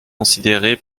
considérée